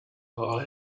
but